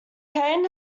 cain